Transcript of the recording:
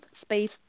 Space